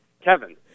Kevin